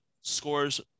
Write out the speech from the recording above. scores